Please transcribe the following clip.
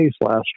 last